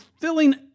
Filling